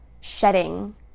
shedding